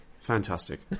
fantastic